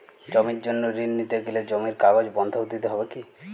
জমির জন্য ঋন নিতে গেলে জমির কাগজ বন্ধক দিতে হবে কি?